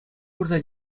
пырса